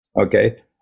Okay